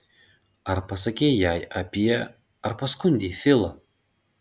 ar pasakei jai apie ar paskundei filą